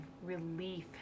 relief